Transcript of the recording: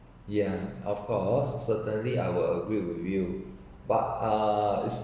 ya of course certainly I will agree with you but uh it's